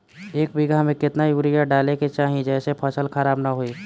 एक बीघा में केतना यूरिया डाले के चाहि जेसे फसल खराब ना होख?